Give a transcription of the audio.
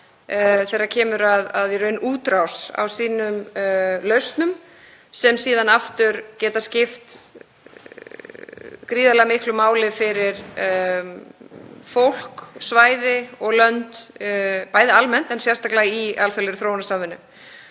þegar kemur að útrás á sínum lausnum sem síðan geta skipt gríðarlega miklu máli fyrir fólk, svæði og lönd, bæði almennt en sérstaklega í alþjóðlegri þróunarsamvinnu.